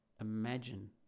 imagine